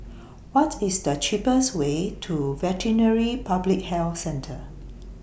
What IS The cheapest Way to Veterinary Public Health Centre